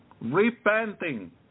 repenting